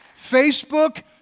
Facebook